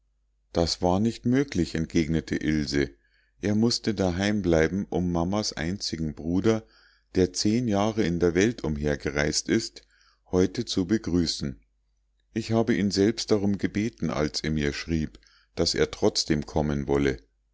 das war nicht möglich entgegnete ilse er mußte daheim bleiben um mamas einzigen bruder der zehn jahr in der welt umhergereist ist heute zu begrüßen ich habe ihn selbst darum gebeten als er mir schrieb daß er trotzdem kommen wolle